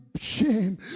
shame